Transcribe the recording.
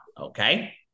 okay